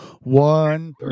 one